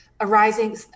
arising